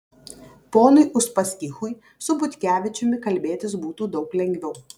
ponui uspaskichui su butkevičiumi kalbėtis būtų daug lengviau